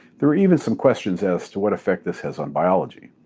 there were even some questions as to what effect this has on biology.